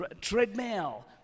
Treadmill